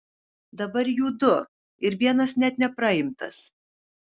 dabar jų du ir vienas net nepraimtas